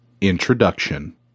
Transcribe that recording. Introduction